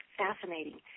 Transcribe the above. fascinating